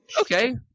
okay